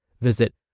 Visit